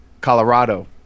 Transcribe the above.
Colorado